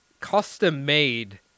custom-made